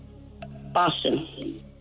Boston